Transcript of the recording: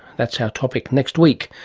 that's our topic next week,